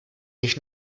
již